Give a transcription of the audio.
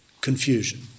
confusion